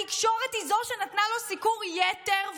התקשורת היא זאת שנתנה לו סיקור יתר,